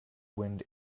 wind